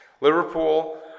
Liverpool